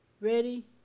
Ready